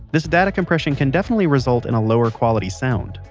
this data compression can definitely result in a lower-quality sound.